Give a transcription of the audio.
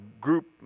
group